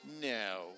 No